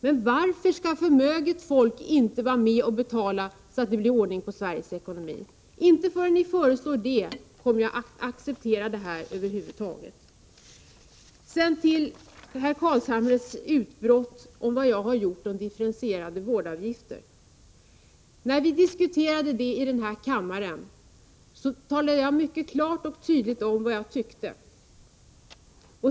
Men varför skall förmöget folk inte vara med och betala, så att det blir ordning på Sveriges ekonomi. Inte förrän ni föreslår det kommer jag över huvud taget att acceptera detta. Så till herr Carlshamres utbrott om vad jag gjorde när det gällde de differentierade vårdavgifterna. När vi diskuterade denna fråga i den här kammaren, talade jag mycket klart och tydligt om vad jag tyckte.